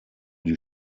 die